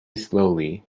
slowly